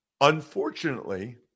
Unfortunately